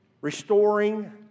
Restoring